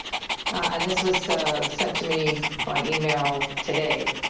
and this was sent to me by email today.